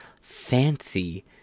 Fancy